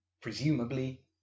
presumably